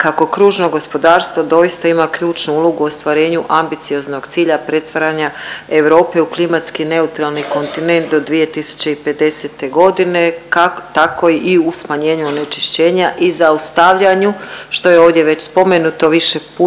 kako kružno gospodarstvo doista ima ključnu ulogu u ostvarenju ambicioznog cilja pretvaranja Europe u klimatski neutralni kontinent do 2050.g., tako i u smanjenju onečišćenja i zaustavljanju, što je ovdje već spomenuto više puta,